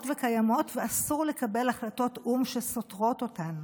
וקיימות ואסור לקבל החלטות או"ם שסותרות אותן.